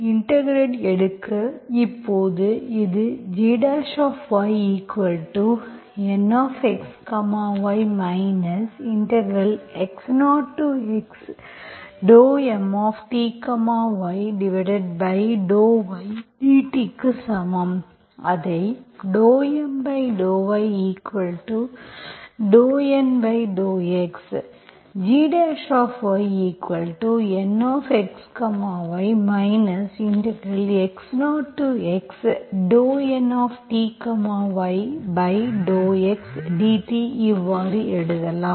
integrate எடுக்க இப்போது இது gyNxy x0xMty∂y dt க்கு சமம் அதை ∂M∂y∂N∂x gyNxy x0x∂Nty∂x dt இவ்வாறு எழுதலாம்